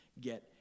get